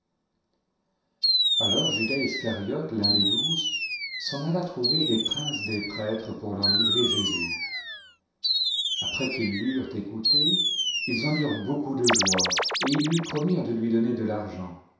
alors judas iscariote l'un des douze s'en alla trouver les princes des prêtres pour leur livrer jésus après qu'ils l'eurent écouté ils en eurent beaucoup de joie et ils lui promirent de lui donner de l'argent